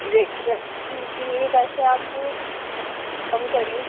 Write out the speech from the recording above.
red کے لیے پیسے آپ کم کریے